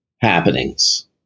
happenings